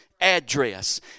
address